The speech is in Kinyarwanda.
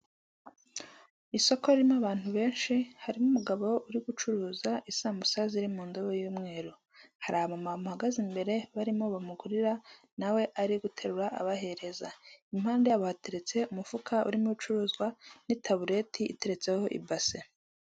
Isoko ririmo abantu benshi harimo umugabo uri gucuruza isambusa ziri mu ndobo y'umweru, hari abamama bahagaze imbere barimo bamugurira nawe ari guterura abahereza, impande yabo hateretse umufuka urimo ucuruzwa, n'itabureti iteretseho ibase.